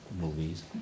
movies